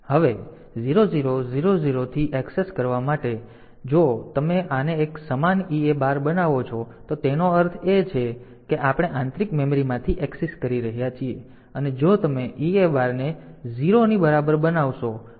હવે 0000 થી એક્સેસ કરવા માટે હવે જો તમે આને એક સમાન EA બાર બનાવો છો તો તેનો અર્થ એ છે કે આપણે આંતરિક મેમરીમાંથી એક્સેસ કરી રહ્યા છીએ અને જો તમે EA બારને 0 ની બરાબર બનાવશો તો તે ડેટા મેમરીમાંથી એક્સેસ કરશે